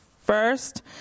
first